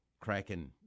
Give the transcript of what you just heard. cracking